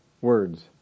words